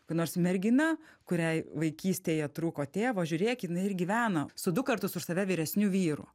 kokia nors mergina kuriai vaikystėje trūko tėvo žiūrėk jinai ir gyvena su du kartus už save vyresniu vyru